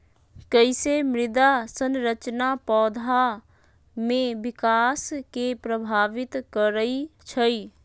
कईसे मृदा संरचना पौधा में विकास के प्रभावित करई छई?